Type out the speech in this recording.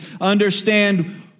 understand